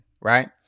right